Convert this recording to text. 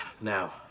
Now